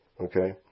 Okay